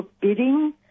bidding